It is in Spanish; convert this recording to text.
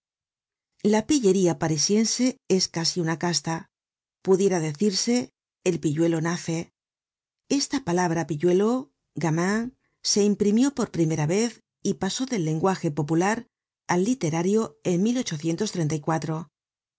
la pillería parisiense es casi una casta pudiera decirse el pilludo nace esta palabra pilludo gamiri se imprimió por primera vez y pasó del lenguaje popular al literario en apareció